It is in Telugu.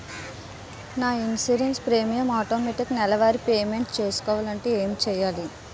నా ఇన్సురెన్స్ ప్రీమియం ఆటోమేటిక్ నెలవారి పే మెంట్ చేసుకోవాలంటే ఏంటి చేయాలి?